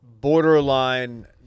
borderline